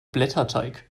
blätterteig